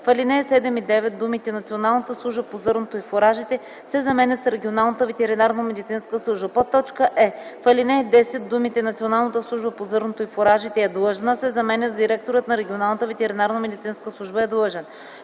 в ал. 7 и 9 думите „Националната служба по зърното и фуражите” се заменят с „регионалната ветеринарномедицинска служба”; е) в ал. 10 думите „Националната служба по зърното и фуражите е длъжна” се заменят с „директорът на регионалната ветеринарномедицинска служба е длъжен”.